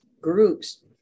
groups